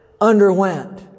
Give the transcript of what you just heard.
underwent